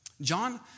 John